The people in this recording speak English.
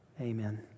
Amen